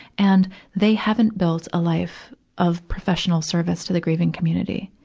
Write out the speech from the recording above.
and they haven't built a life of professional service to the grieving community.